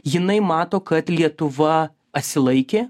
jinai mato kad lietuva asilaikė